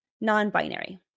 non-binary